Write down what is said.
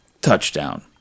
Touchdown